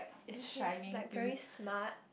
and he's like very smart